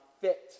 fit